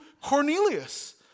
Cornelius